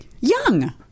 Young